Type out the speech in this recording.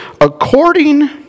according